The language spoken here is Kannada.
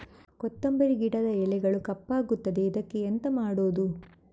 ಕೊತ್ತಂಬರಿ ಗಿಡದ ಎಲೆಗಳು ಕಪ್ಪಗುತ್ತದೆ, ಇದಕ್ಕೆ ಎಂತ ಮಾಡೋದು?